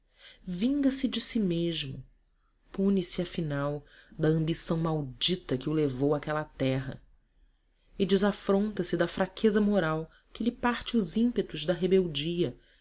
vinga se de si mesmo pune se afinal da ambição maldita que o levou àquela terra e desafronta se da fraqueza moral que lhe parte os ímpetos da rebeldia